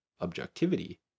objectivity